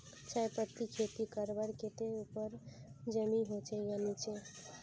चाय पत्तीर खेती करवार केते ऊपर जमीन होचे या निचान?